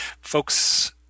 folks